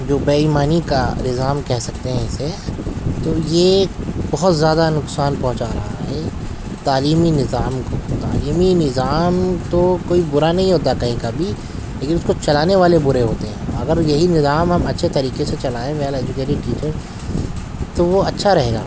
جو بےایمانی کا نظام کہہ سکتے ہیں اسے تو یہ بہت زیادہ نقصان پہنچا رہا ہے تعلیمی نظام کو تعلیمی نظام تو کوئی برا نہیں ہوتا ہے کہیں کا بھی لیکن اس کو چلانے والے برے ہوتے ہیں اگر یہی نظام ہم اچھے طریقے سے چلائیں ویل ایجوکیٹیڈ ٹیچر تو وہ اچھا رہے گا